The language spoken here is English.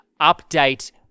update